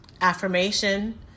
affirmation